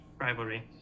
rivalry